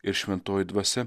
ir šventoji dvasia